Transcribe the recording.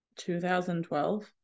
2012